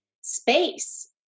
space